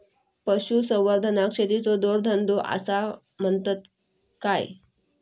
पशुसंवर्धनाक शेतीचो जोडधंदो आसा म्हणतत काय?